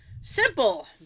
Simple